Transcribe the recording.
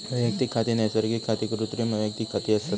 वैयक्तिक खाती नैसर्गिक आणि कृत्रिम वैयक्तिक खाती असत